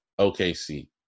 OKC